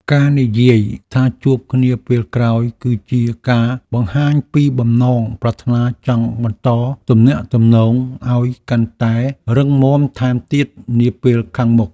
ការនិយាយថាជួបគ្នាពេលក្រោយគឺជាការបង្ហាញពីបំណងប្រាថ្នាចង់បន្តទំនាក់ទំនងឱ្យកាន់តែរឹងមាំថែមទៀតនាពេលខាងមុខ។